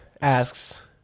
asks